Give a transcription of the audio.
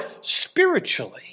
spiritually